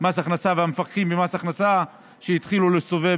מס הכנסה והמפקחים במס הכנסה להתחיל להסתובב